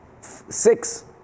Six